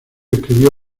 escribió